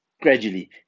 Gradually